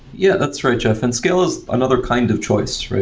yeah, that's right, jeff. and scale is another kind of choice.